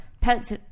Pets